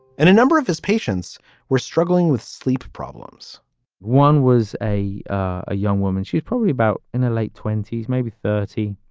and a number of his patients were struggling with sleep problems one was a a young woman she had probably about in her late twenty s, maybe thirty.